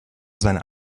seiner